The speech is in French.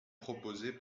proposé